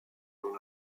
dans